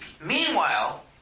Meanwhile